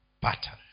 pattern